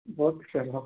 okay sir okay